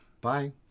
Bye